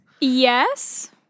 Yes